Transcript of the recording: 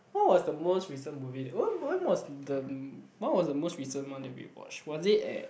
what was the most recent movie when when was the what was the most recent one that we watched was it at